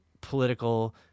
political